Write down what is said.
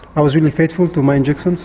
i was really faithful to my injections